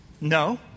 No